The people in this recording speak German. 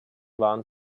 waren